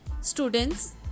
Students